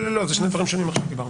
זה שני דברים שונים עכשיו מה שדיברנו.